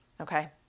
okay